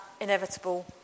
inevitable